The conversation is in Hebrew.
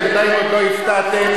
בינתיים עוד לא הפתעתם,